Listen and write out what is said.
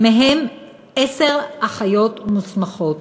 ובהם עשר אחיות מוסמכות.